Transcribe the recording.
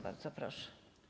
Bardzo proszę.